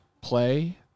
play